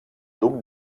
duc